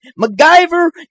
MacGyver